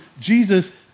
Jesus